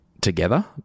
together